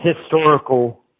historical